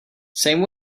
same